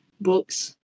Books